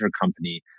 company